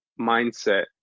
mindset